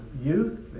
youth